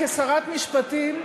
כשרת משפטים,